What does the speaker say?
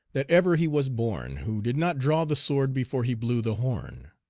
that ever he was born, who did not draw the sword before he blew the horn.